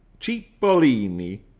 Cipollini